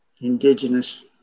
Indigenous